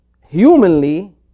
humanly